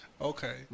Okay